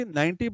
90